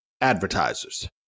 advertisers